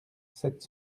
sept